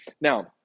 Now